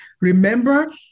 remember